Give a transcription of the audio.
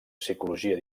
psicologia